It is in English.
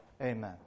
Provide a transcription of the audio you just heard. Amen